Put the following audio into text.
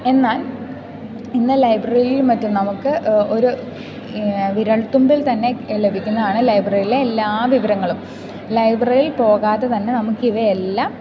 എന്നാൽ ഇന്ന് ലൈബ്രറിയിൽ മറ്റും നമുക്ക് ഒരു വിരൽത്തുമ്പിൽ തന്നെ ലഭിക്കുന്നതാണ് ലൈബ്രറിയിലെ എല്ലാ വിവരങ്ങളും ലൈബ്രറിയിൽ പോകാതെ തന്നെ നമുക്കിവയെല്ലാം